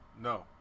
no